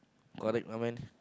correct I mean